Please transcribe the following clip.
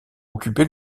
occupé